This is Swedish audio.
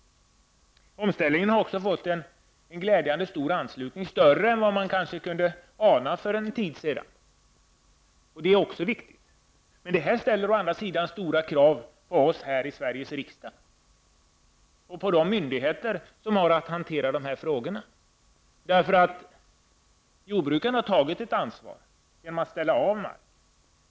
Omställningen har också fått en glädjande stor anslutning, större än man för en tid sedan kanske kunde ana. Det är också viktigt. Detta ställer å andra sidan stora krav på oss i Sveriges riksdag och på de myndigheter som har att hantera dessa frågor. Jordbrukarna har tagit ett ansvar genom att ställa om.